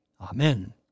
Amen